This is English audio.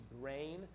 brain